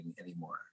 anymore